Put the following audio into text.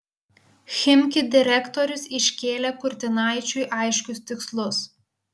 chimki direktorius iškėlė kurtinaičiui aiškius tikslus